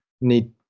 need